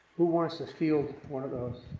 who wants to field one of those?